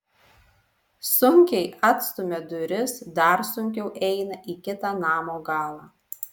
sunkiai atstumia duris dar sunkiau eina į kitą namo galą